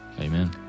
Amen